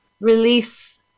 release